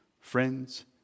friends